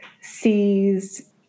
sees